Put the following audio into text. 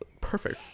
Perfect